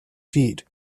feet